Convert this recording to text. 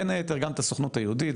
בין היתר, גם את הסוכנות היהודית.